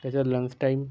त्याचा lunch time